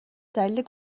دلیل